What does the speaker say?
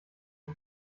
wie